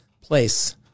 place